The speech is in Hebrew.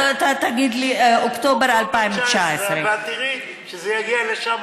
אתה תגיד לי אוקטובר 2019. ואת תראי שזה יגיע לשם,